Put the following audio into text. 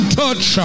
touch